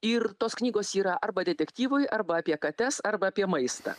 ir tos knygos yra arba detektyvai arba apie kates arba apie maistą